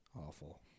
Awful